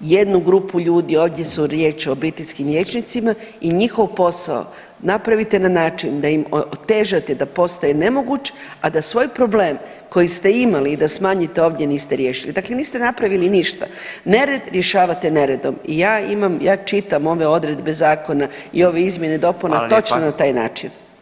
jednu grupu ljudi, ovdje su riječ o obiteljskim liječnicima i njihov posao napravite na način da im otežate da postaje nemoguć, a da svoj problem koji ste imali i da smanjite ovdje niste riješili, dakle niste napravili ništa, nered rješavate neredom i ja imam, ja čitam ove odredbe zakona i ove izmjene i dopune točno na taj način.